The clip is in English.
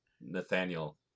Nathaniel